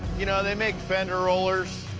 you know, they make fender rollers,